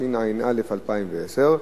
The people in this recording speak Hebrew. התשע"א 2010,